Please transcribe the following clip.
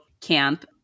camp